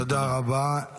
תודה רבה.